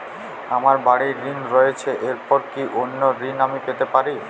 আমার বাড়ীর ঋণ রয়েছে এরপর কি অন্য ঋণ আমি পেতে পারি?